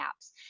apps